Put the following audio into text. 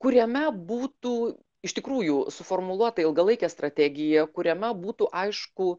kuriame būtų iš tikrųjų suformuluota ilgalaikė strategija kuriame būtų aišku